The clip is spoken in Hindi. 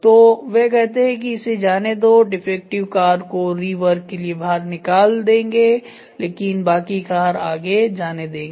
तो वे कहते हैं कि इसे जाने दो डिफेक्टिव कार को री वर्क के लिए बाहर निकाल देंगे लेकिन बाकी कार आगे जाने देंगे